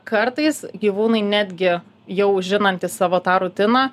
kartais gyvūnai netgi jau žinantys savo tą rutiną